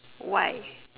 why